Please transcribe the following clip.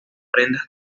prendas